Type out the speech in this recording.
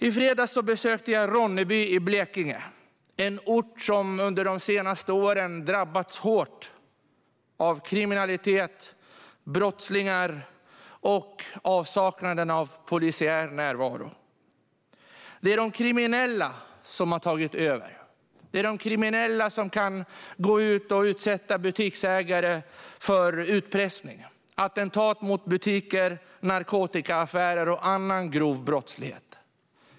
I fredags besökte jag Ronneby i Blekinge - en ort som under de senaste åren har drabbats hårt av kriminalitet och brottslingar och av avsaknad av polisiär närvaro. Det är de kriminella som har tagit över. Det är de kriminella som kan gå ut och utsätta butiksägare för utpressning, rikta attentat mot butiker och ägna sig åt narkotikaaffärer och annan grov brottslighet.